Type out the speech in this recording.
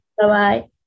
Bye-bye